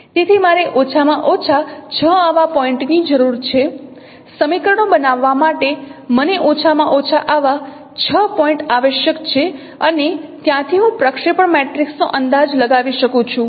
તેથી મારે ઓછામાં ઓછા 6 આવા પોઇન્ટ ની જરૂર છે સમીકરણો બનાવવા માટે મને ઓછામાં ઓછા આવા 6 પોઇન્ટ આવશ્યક છે અને ત્યાંથી હું પ્રક્ષેપણ મેટ્રિક્સનો અંદાજ લગાવી શકું છું